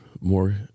more